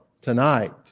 tonight